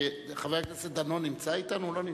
תאמינו לי,